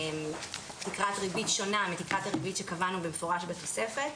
תקרת ריבית שונה מתקרת הריבית שקבענו במפורש בתוספת.